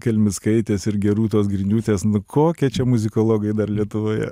kelmickaitės ir gerūtos griniūtės kokie čia muzikologai dar lietuvoje